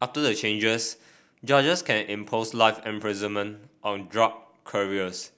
after the changes judges can impose life imprisonment on drug couriers